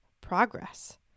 progress